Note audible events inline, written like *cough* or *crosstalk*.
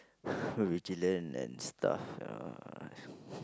*breath* vigilant and stuff ya *breath*